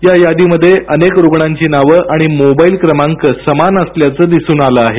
या यादीमध्ये अनेक रुग्णांची नावे आणि मोबाईल क्रमांक समान असल्याचे दिसून आले आहे